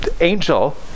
angel